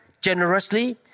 generously